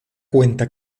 cuenta